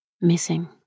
Missing